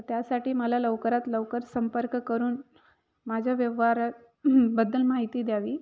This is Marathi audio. त्यासाठी मला लवकरात लवकर संपर्क करून माझ्या व्यवहारा बद्दल माहिती द्यावी